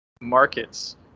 markets